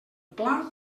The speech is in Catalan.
pla